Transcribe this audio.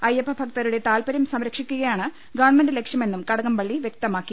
അയ്യപ്പഭക്തരുടെ താത്പര്യം സംരക്ഷിക്കുക യാണ് ഗവൺമെന്റ് ലക്ഷ്യമെന്നും കടകംപളളി വൃക്തമാക്കി